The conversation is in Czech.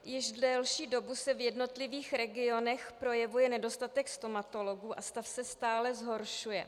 Již delší dobu se v jednotlivých regionech projevuje nedostatek stomatologů a stav se stále zhoršuje.